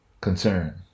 concern